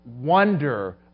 wonder